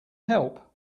help